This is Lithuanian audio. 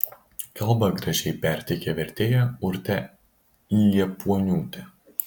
kalbą gražiai perteikė vertėja urtė liepuoniūtė